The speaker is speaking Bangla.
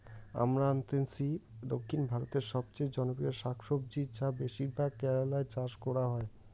আমরান্থেইসি দক্ষিণ ভারতের সবচেয়ে জনপ্রিয় শাকসবজি যা বেশিরভাগ কেরালায় চাষ করা হয়